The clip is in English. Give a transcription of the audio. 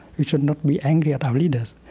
we should not be angry at our leaders.